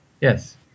Yes